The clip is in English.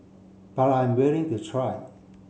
but I'm willing to try